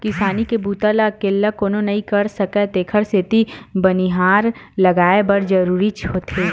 किसानी के बूता ल अकेल्ला कोनो नइ कर सकय तेखर सेती बनिहार लगये बर जरूरीच होथे